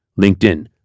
LinkedIn